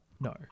No